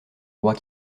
rois